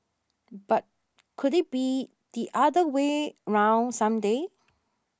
but could it be the other way round some day